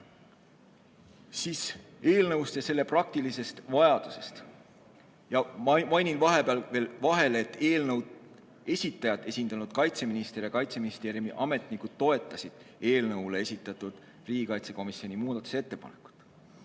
teha. Eelnõust ja selle praktilisest vajadusest. Mainin vahepeal veel, et eelnõu esitajat esindanud kaitseminister ja Kaitseministeeriumi ametnikud toetasid eelnõu kohta esitatud riigikaitsekomisjoni muudatusettepanekut.